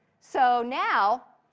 so now,